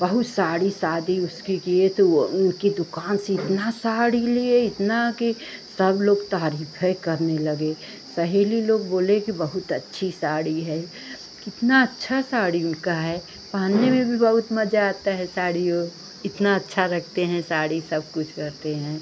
बहुत साड़ी शादी उसकी किए थे वह उनकी दुकान से इतना साड़ी लिए इतना कि सब लोग तारीफें करने लगे सहेली लोग बोले कि बहुत अच्छी साड़ी है कितनी अच्छी साड़ी उनकी है पहनने में भी बहुत मज़ा आता है साड़ी वो इतना अच्छा रखते हैं साड़ी सब कुछ रहते हैं